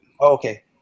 Okay